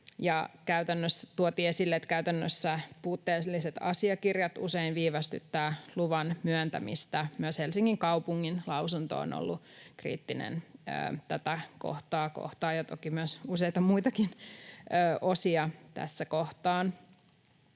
Tuotiin esille, että käytännössä puutteelliset asiakirjat usein viivästyttävät luvan myöntämistä. Myös Helsingin kaupungin lausunto on ollut kriittinen tätä kohtaa kohtaan ja toki myös useita muitakin osia kohtaan.